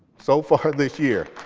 so far this year.